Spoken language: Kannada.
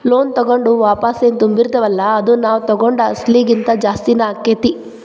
ಲೋನ್ ತಗೊಂಡು ವಾಪಸೆನ್ ತುಂಬ್ತಿರ್ತಿವಲ್ಲಾ ಅದು ನಾವ್ ತಗೊಂಡ್ ಅಸ್ಲಿಗಿಂತಾ ಜಾಸ್ತಿನ ಆಕ್ಕೇತಿ